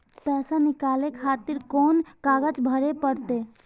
पैसा नीकाले खातिर कोन कागज भरे परतें?